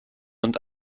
und